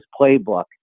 playbook